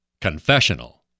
confessional